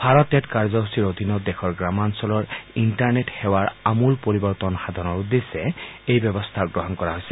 Bharat net কাৰ্যসূচীৰ অধীনত দেশৰ গ্ৰামাঞ্চলৰ ইণ্টৰনেট সেৱাৰ আমূল পৰিৱৰ্তন সাধনৰ উদ্দেশ্যে এই ব্যৱস্থা গ্ৰহণ কৰা হৈছে